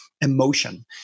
emotion